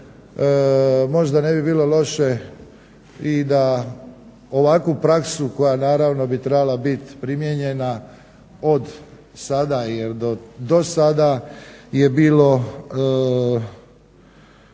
Možda ne bi bilo loše i da ovakvu praksu koja naravno bi trebala biti primijenjena od sada jer dosada je bilo